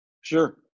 Sure